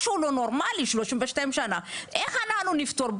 משהו לא נורמאלי, 32 שנה, איך אנחנו נפתור?